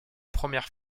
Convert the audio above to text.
première